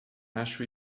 acho